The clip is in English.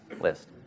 list